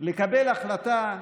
ולקבל החלטה,